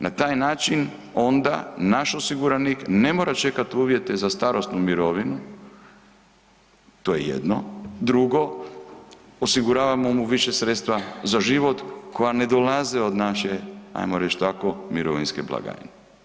Na taj način onda naš osiguranik ne mora čekati uvjete za starosnu mirovinu to je jedno, drugo osiguravamo mu više sredstva za život koja ne dolaze od naše, ajmo reći tako mirovinske blagajne.